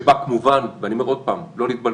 שבה כמובן ואני אומר עוד פעם: לא להתבלבל